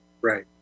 Right